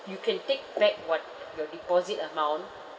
you can take back what your deposit amount